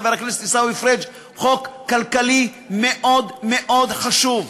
חבר הכנסת עיסאווי פריג' חוק כלכלי מאוד מאוד חשוב.